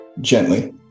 gently